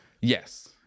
yes